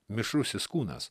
mišrusis kūnas